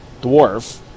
dwarf